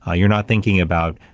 ah you're not thinking about,